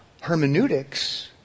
hermeneutics